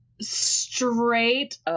straight